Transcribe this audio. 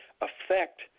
affect